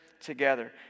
together